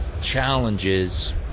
challenges